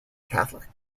catholic